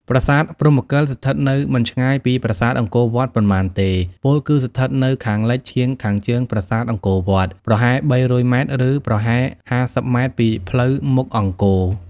ប្រាសាទព្រហ្មកិល ស្ថិតនៅមិនឆ្ងាយពីប្រាសាទអង្គរវត្តប៉ុន្មានទេ ពោលគឺស្ថិតនៅខាងលិចឈៀងខាងជើងប្រាសាទអង្គរវត្ត ប្រហែល ៣០០ ម៉ែត្រ ឬប្រមាណ ៥០ ម៉ែត្រពីផ្លូវមុខអង្គរ។